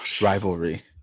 rivalry